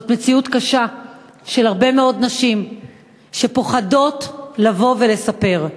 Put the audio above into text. זו מציאות קשה של הרבה מאוד נשים שפוחדות לבוא ולספר.